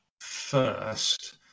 first